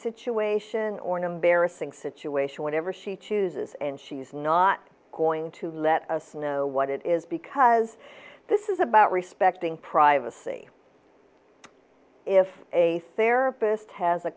situation or an embarrassing situation whatever she chooses and she's not going to let us know what it is because this is about respecting privacy if a therapist has a